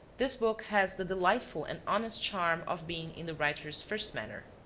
this book has the delightful and honest charm of being in the writer's first manner.